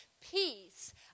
peace